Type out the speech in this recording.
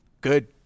good